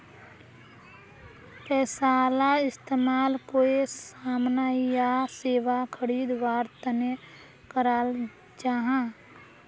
पैसाला इस्तेमाल कोए सामान या सेवा खरीद वार तने कराल जहा